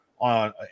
on